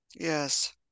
Yes